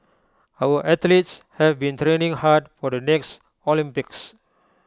our athletes have been training hard for the next Olympics